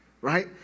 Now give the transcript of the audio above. right